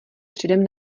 předem